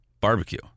barbecue